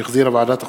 שהחזירה ועדת החוקה,